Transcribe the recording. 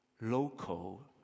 local